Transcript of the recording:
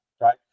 Right